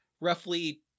roughly